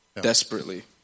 desperately